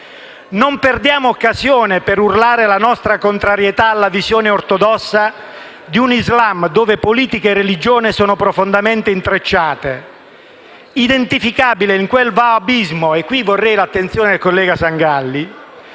non perdiamo occasione per urlare la nostra contrarietà alla visione ortodossa di un Islam dove politica e religione sono profondamente intrecciate, identificabile in quel wahabismo» - qui vorrei l'attenzione del collega Sangalli